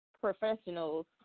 professionals